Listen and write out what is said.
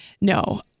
No